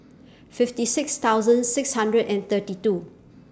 fifty six thousand six hundred and thirty two